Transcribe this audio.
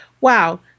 wow